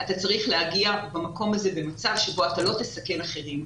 אתה צריך להגיע למקום הזה במצב שבו אתה לא תסכן אחרים.